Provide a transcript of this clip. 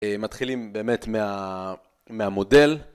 אה.. מתחילים באמת מה.. מהמודל